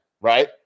right